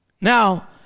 Now